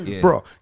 bro